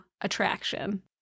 attraction